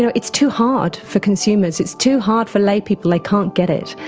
so it's too hard for consumers, it's too hard for laypeople, they can't get it.